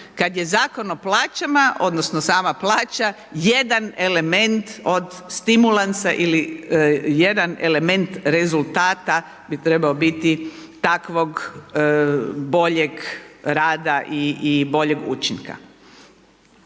Kada je Zakon o plaćama, odnosno, sama plaća jedan element od stimulansa, odnosno, jedan element rezultata bi trebao biti takvog boljeg rada i boljeg učinka.